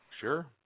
Sure